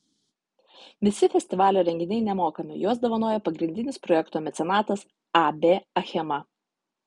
visi festivalio renginiai nemokami juos dovanoja pagrindinis projekto mecenatas ab achema